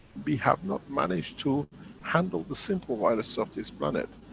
we have not managed to handle the simple viruses of this planet.